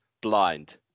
blind